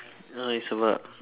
now is about